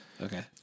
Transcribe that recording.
Okay